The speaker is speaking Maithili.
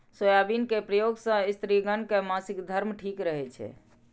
सोयाबिन के प्रयोग सं स्त्रिगण के मासिक धर्म ठीक रहै छै